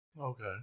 Okay